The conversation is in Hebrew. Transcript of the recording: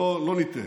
שלא נטעה: